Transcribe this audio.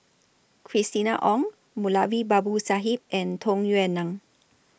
Christina Ong Moulavi Babu Sahib and Tung Yue Nang